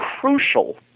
crucial